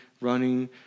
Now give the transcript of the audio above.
running